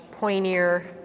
pointier